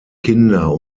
kinder